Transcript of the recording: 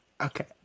Okay